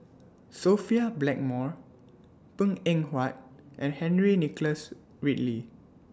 Sophia Blackmore Png Eng Huat and Henry Nicholas Ridley